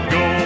go